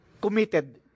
committed